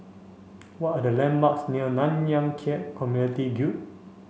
what are the landmarks near Nanyang Khek Community Guild